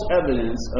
evidence